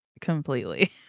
completely